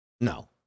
No